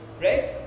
Right